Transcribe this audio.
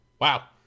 wow